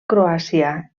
croàcia